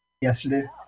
yesterday